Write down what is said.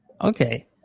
Okay